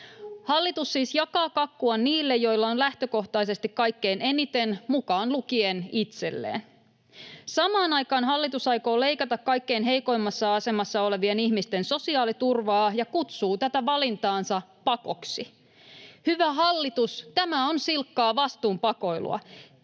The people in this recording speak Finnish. Hallitus siis jakaa kakkua niille, joilla on lähtökohtaisesti kaikkein eniten, mukaan lukien itselleen. Samaan aikaan hallitus aikoo leikata kaikkein heikoimmassa asemassa olevien ihmisten sosiaaliturvaa ja kutsuu tätä valintaansa pakoksi. Hyvä hallitus, tämä on silkkaa vastuun pakoilua.